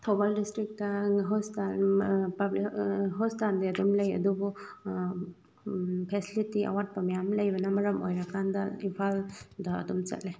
Thoubal district hospital public ꯍꯣꯁꯄꯤꯇꯥꯜꯁꯦ ꯑꯗꯨꯝ ꯂꯩ ꯑꯗꯨꯕꯨ ꯐꯦꯁꯤꯂꯤꯇꯤ ꯑꯋꯥꯠꯄ ꯃꯌꯥꯝ ꯂꯩꯕꯅ ꯃꯔꯝ ꯑꯣꯏꯔꯀꯥꯟꯗ ꯏꯝꯐꯥꯜꯗ ꯑꯗꯨꯝ ꯆꯠꯂꯦ